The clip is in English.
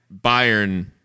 Bayern